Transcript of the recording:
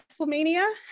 WrestleMania